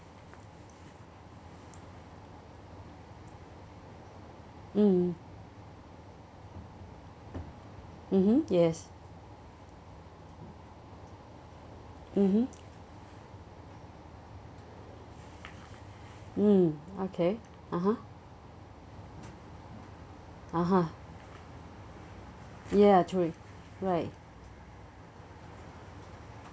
mm mmhmm yes mmhmm mm okay (uh huh) (uh huh) ya right